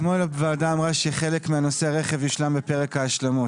אתמול הוועדה אמרה שחלק מנושא הרכב יושלם בפרק ההשלמות.